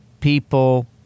people